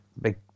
big